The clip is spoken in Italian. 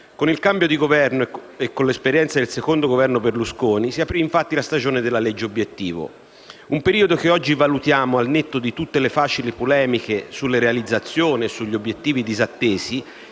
Con il cambio di Governo e con l'esperienza del secondo Governo Berlusconi, si aprì infatti la stagione della legge obiettivo: un periodo che oggi valutiamo, al netto di tutte le facili polemiche sulle realizzazioni e sugli obiettivi disattesi,